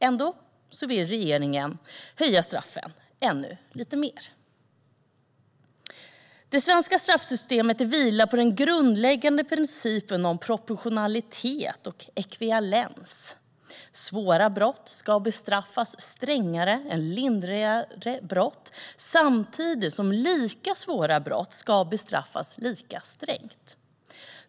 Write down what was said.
Ändå vill regeringen höja straffen ännu lite mer. Det svenska straffsystemet vilar på den grundläggande principen om proportionalitet och ekvivalens. Svåra brott ska bestraffas strängare än lindriga brott samtidigt som lika svåra brott ska bestraffas lika strängt.